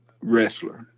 wrestler